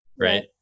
right